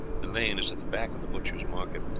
the lane is at the back of the butchers' market.